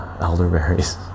elderberries